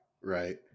right